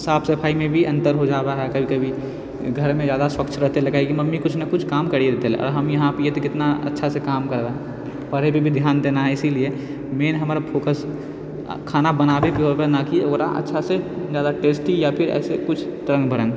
साफ सफाइमे भी अन्तर हो जाबऽ है कभी कभी घरमे जादा स्वच्छ रहतै हलै काहेकि मम्मी किछु ने किछु काम करिए देतै आओर हम यहाँपर हिऐ तऽ कितना अच्छासँ काम करबै पढ़ैपर भी ध्यान देना है इसीलिए मैन हमर फोकस खाना बनाबेके होबै नहि कि ओकरा अच्छासँ जादा टेस्टी या फेर ऐसा कुछ तरङ्ग भरङ्ग